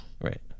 Right